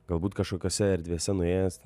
galbūt kažkokiose erdvėse nuėjęs